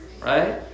right